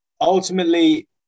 ultimately